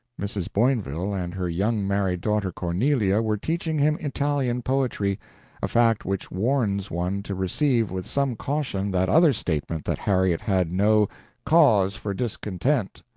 mrs. boinville and her young married daughter cornelia were teaching him italian poetry a fact which warns one to receive with some caution that other statement that harriet had no cause for discontent.